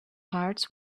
hearts